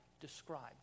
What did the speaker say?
described